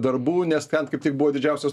darbų nes ten kaip tik buvo didžiausias